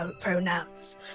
pronouns